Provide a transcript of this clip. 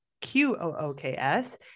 Q-O-O-K-S